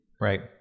Right